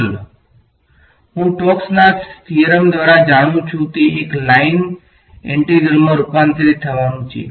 curls હું સ્ટોક્સના થીયરમ દ્વારા જાણું છું તે એક લાઇન ઇન્ટિગ્રલમાં રૂપાંતરિત થવાનું છે